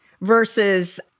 versus